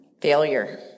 Failure